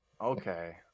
Okay